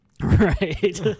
Right